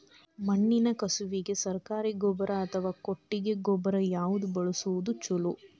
ಮಣ್ಣಿನ ಕಸುವಿಗೆ ಸರಕಾರಿ ಗೊಬ್ಬರ ಅಥವಾ ಕೊಟ್ಟಿಗೆ ಗೊಬ್ಬರ ಯಾವ್ದು ಬಳಸುವುದು ಛಲೋ?